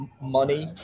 money